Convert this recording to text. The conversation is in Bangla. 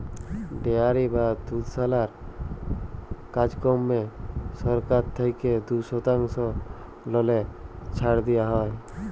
ডেয়ারি বা দুধশালার কাজকম্মে সরকার থ্যাইকে দু শতাংশ ললে ছাড় দিয়া হ্যয়